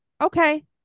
Okay